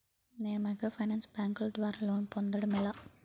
నేను మైక్రోఫైనాన్స్ బ్యాంకుల ద్వారా లోన్ పొందడం ఎలా?